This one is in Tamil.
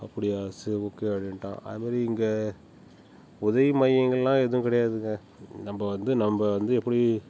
அப்படியா சரி ஓகே அப்படின்ட்டான் அதுமாதிரி இங்கே உதவி மையங்கள்லாம் எதுவும் கிடையாதுங்க நம்ப வந்து நம்ப வந்து எப்படி